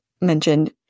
mentioned